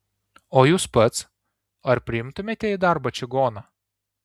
o jūs pats ar priimtumėte į darbą čigoną